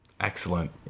Excellent